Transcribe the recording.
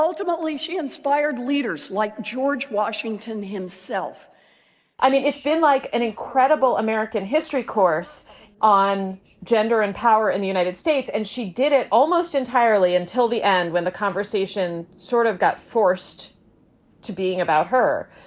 ultimately, she inspired leaders like george washington himself i mean, it's been like an incredible american history course on gender and power in the united states. and she did it almost entirely until the end when the conversation sort of got forced to being about her.